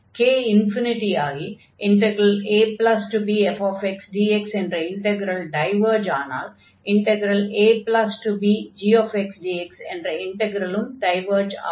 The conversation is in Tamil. k∞ ஆகி abfxdx என்ற இன்டக்ரல் டைவர்ஜ் ஆனால் abgxdx என்ற இன்டக்ரலும் டைவர்ஜ் ஆகும்